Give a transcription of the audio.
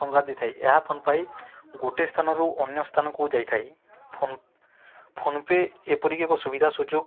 ଟଙ୍କା ଦେଇଥାଏ ଏହା ଫୋନ୍ ପାଇଁ ଗୋଟେ ସ୍ଥାନରୁ ଅନ୍ୟ ସ୍ଥାନକୁ ଯାଇଥାଏ ଫୋନ୍ ଫୋନ୍ ପେ ଏପରିକି ଏକ ସୁବିଧା ସୁଯୋଗ